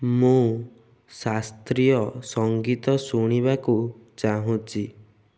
ମୁଁ ଶାସ୍ତ୍ରୀୟ ସଙ୍ଗୀତ ଶୁଣିବାକୁ ଚାହୁଁଛି